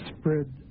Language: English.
spread